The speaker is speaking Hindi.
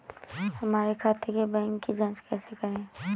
हमारे खाते के बैंक की जाँच कैसे करें?